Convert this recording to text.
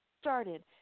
started